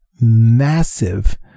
massive